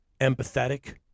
empathetic